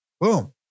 boom